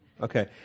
Okay